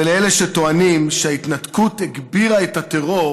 ולאלו שטוענים שההתנתקות הגבירה את הטרור